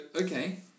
okay